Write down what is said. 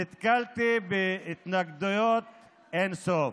נתקלתי בהתנגדויות אין-סוף.